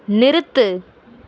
நிறுத்து